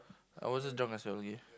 I wasn't drunk as well okay